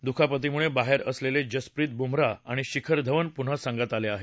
दुखापतीमुळे बाहेर असलेले जसप्रीत बुमराह आणि शिखर धवन पुन्हा संघात आले आहेत